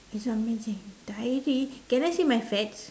this one man say diary can I say my fats